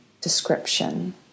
description